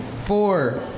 four